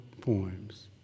poems